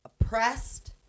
Oppressed